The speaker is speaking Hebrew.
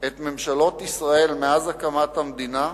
את ממשלות ישראל מאז הקמת המדינה,